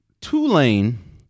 Tulane